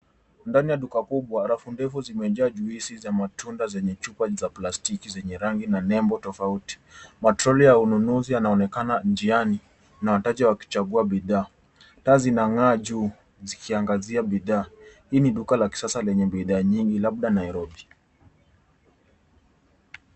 Ndani ya duka kubwa , rafu ndefu zimejaa juisi za matunda zenye chupa za plastiki zenye rangi na nembo tofauti. Matroli ya ununuzi yanaonekana njiani na wateja wakichagua bidhaa. Taa zinang'aa juu zikiangazia bidhaa . Hii ni duka la kisasa lenye bidhaa nyingi labda Nairobi.